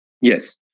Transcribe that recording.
Yes